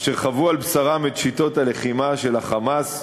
אשר חוו על בשרם את שיטות הלחימה של ה"חמאס"